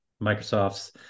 Microsoft's